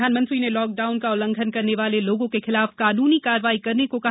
प्रधानमंत्री ने लॉकडाउन का उल्लंघन करने वाले लोगों के खिलाफ कानूनी कार्यवाही करने को कहा